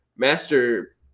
Master